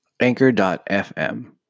anchor.fm